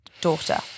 daughter